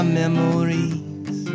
memories